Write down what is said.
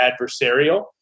adversarial